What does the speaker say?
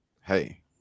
hey